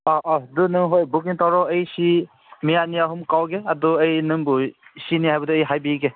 ꯑꯪ ꯑꯪ ꯑꯗꯣ ꯅꯈꯣꯏ ꯕꯨꯛꯀꯤꯡ ꯇꯧꯔꯣ ꯑꯩ ꯁꯤ ꯃꯤ ꯑꯅꯤ ꯑꯍꯨꯝ ꯀꯧꯒꯦ ꯑꯗꯣ ꯑꯩ ꯅꯪꯕꯨ ꯁꯤꯅꯤ ꯍꯥꯏꯕꯗꯣ ꯑꯩ ꯍꯥꯏꯕꯤꯒꯦ